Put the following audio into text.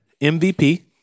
MVP